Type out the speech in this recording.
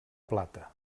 plata